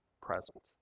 present